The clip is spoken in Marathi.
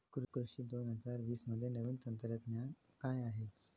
कृषी दोन हजार वीसमध्ये नवीन तंत्रज्ञान काय आहे?